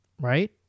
Right